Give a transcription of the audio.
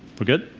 we're good?